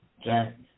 Jack